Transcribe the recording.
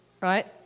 Right